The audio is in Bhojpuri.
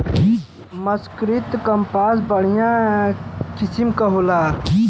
मर्सरीकृत कपास बढ़िया किसिम क होला